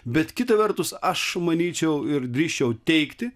bet kita vertus aš manyčiau ir drįsčiau teigti